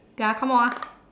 okay ah I come out ah